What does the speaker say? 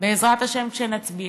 בעזרת השם, כשנצביע,